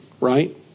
right